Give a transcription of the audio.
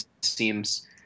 seems